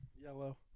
yellow